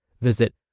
Visit